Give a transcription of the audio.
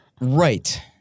Right